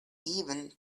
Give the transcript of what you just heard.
even